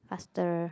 faster